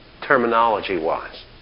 terminology-wise